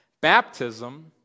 baptism